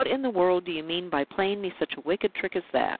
what in the world do you mean by playing me such a wicked trick as that?